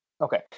Okay